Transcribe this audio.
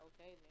Okay